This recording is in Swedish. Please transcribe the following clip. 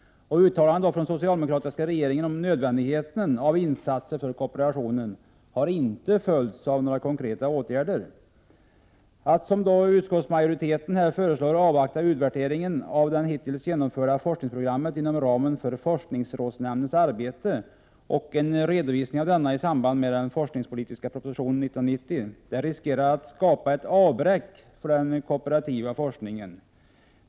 Uttalanden från den socialdemokratiska regeringen om nödvändigheten av insatser för kooperationen har inte följts av några konkreta åtgärder. Att, som utskottsmajoriteten föreslår, avvakta utvärde ringen av det hittills genomförda forskningsprogrammet inom ramen för forskningsrådsnämndens arbete och en redovisning av denna i samband med en forskningspolitisk proposition 1990, riskerar att skapa ett avbräck för den kooperativa forskningen.